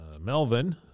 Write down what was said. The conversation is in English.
Melvin